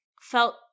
felt